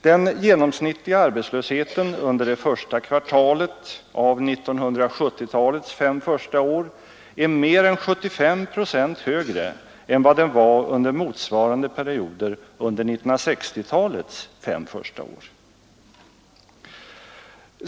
Den genomsnittliga arbetslösheten under det första kvartalet av 1970-talets fem första år var mer än 75 procent högre än vad den var under motsvarande perioder under 1960-talets fem första år.